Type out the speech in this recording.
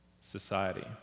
society